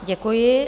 Děkuji.